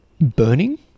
burning